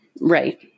right